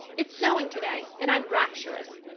it's snowing today, and i'm rapturous.